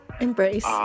embrace